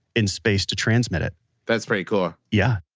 in space to transmit it that's pretty cool yeah